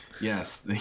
Yes